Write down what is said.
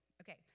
Okay